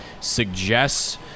suggests